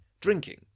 drinking